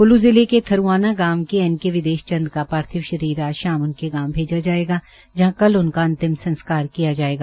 कल्लू जिले के थरुआना गांव के एन के विदेश चन्द्र का पार्थिव शरीर आज शाम उनके गांव भेजा जायेगा जहां कल उनका अंतिम संस्कार किया जायेगा